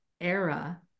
era